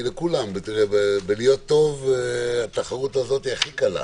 התחרות בלהיות טוב היא הכי קלה,